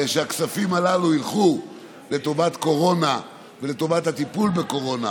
הכספים הללו ילכו לטובת קורונה ולטובת הטיפול בקורונה